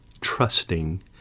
trusting